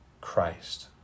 Christ